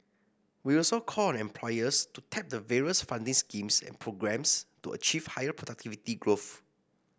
we also call on employers to tap the various funding schemes and programmes to achieve higher productivity growth